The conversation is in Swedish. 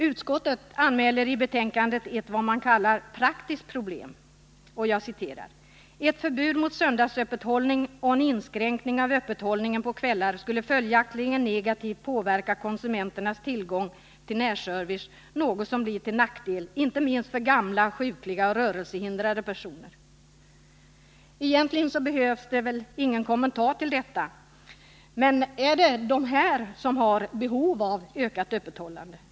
Utskottet anmäler i betänkandet ett som man kallar praktiskt problem och anför: ”Ett förbud mot söndagsöppethållning och en inskränkning av öppethållningen på kvällar skulle följaktligen negativt påverka konsumenternas tillgång till närservice, något som blir till nackdel inte minst för gamla, sjukliga och rörelsehindrade personer.” Detta behöver egentligen ingen kommentar, men har verkligen de som här nämnts behov av ökat öppethållande?